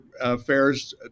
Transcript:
affairs